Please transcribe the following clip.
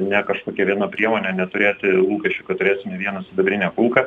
ne kažkokią vieną priemonę neturėti lūkesčių kad turėsime vieną sidabrinę kulką